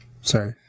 Sorry